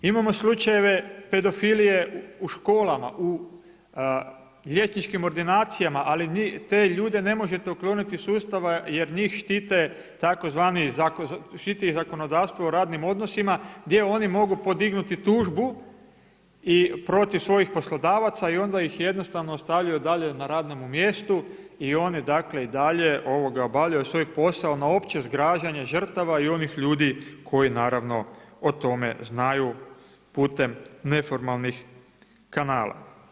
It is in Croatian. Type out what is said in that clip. Imamo slučajeve pedofilije u školama, u liječničkim ordinacijama, ali te ljude ne možete ukloniti iz sustava jer njih štite tzv. štiti ih zakonodavstvo u radnim odnosima gdje oni mogu podignuti tužbu protiv svojih poslodavaca i onda ih jednostavno ostavljaju dalje na radnom mjestu i one i dalje obavljaju svoj pošao na opće zgražanje žrtava i onih ljudi koji o tome znaju putem neformalnih kanala.